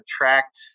attract